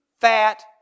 fat